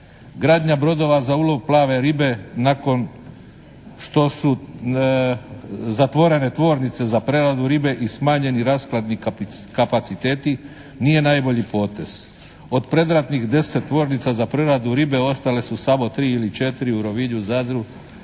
Gradnja brodova za ulov plave ribe nakon što su zatvorene tvornice za preradu ribe i smanjeni rashladni kapaciteti nije najbolji potez. Od predratnih 10 tvornica za preradu ribe ostale su samo 3 ili 4 u Rovinju, Zadru i u